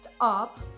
up